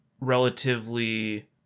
relatively